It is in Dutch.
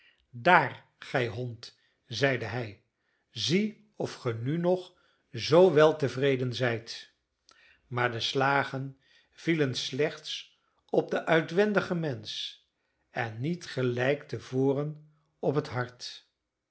daar gij hond zeide hij zie of ge nu nog zoo weltevreden zijt maar de slagen vielen slechts op den uitwendigen mensch en niet gelijk te voren op het hart